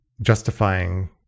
justifying